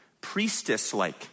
priestess-like